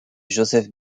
joseph